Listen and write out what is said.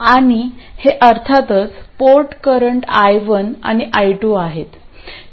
आणि हे अर्थातच पोर्ट करंट i1 आणि i2 आहेत